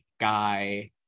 guy